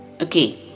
Okay